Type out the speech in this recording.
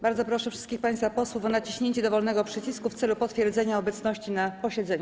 Bardzo proszę wszystkich państwa posłów o naciśnięcie dowolnego przycisku w celu potwierdzenia obecności na posiedzeniu.